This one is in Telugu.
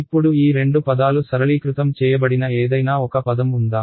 ఇప్పుడు ఈ రెండు పదాలు సరళీకృతం చేయబడిన ఏదైనా ఒక పదం ఉందా